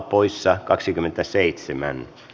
selonteko hyväksyttiin